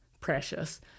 precious